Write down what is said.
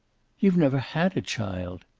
you've never had a child.